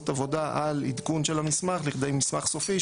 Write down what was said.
עבודה על עדכון המסמך לכדי מסמך סופי,